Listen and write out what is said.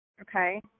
Okay